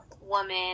woman